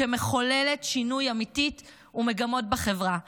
ומחוללת שינוי אמיתית של מגמות בחברה.